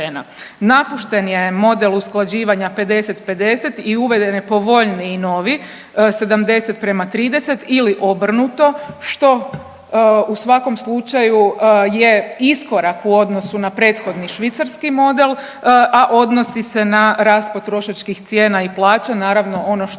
Napušten je model usklađivanja 50 50 i uveden je povoljniji novi 70 prema 30 ili obrnuto što u svakom slučaju je iskorak u odnosu na prethodni švicarski model, a odnosi se na rast potrošačkih cijena i plaća, naravno ono što je